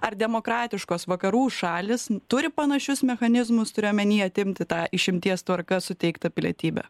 ar demokratiškos vakarų šalys turi panašius mechanizmus turiu omeny atimti tą išimties tvarka suteiktą pilietybę